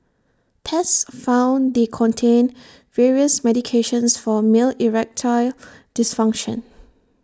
tests found they contained various medications for male erectile dysfunction